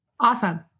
awesome